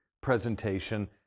presentation